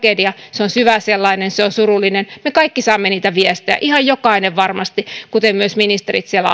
se on syvä sellainen se on surullinen me kaikki saamme niitä viestejä ihan jokainen varmasti kuten myös ministerit siellä